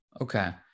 Okay